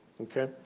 okay